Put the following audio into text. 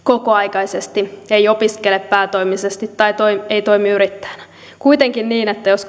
kokoaikaisesti ei opiskele päätoimisesti tai ei toimi yrittäjänä kuitenkin niin että jos